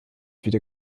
wieder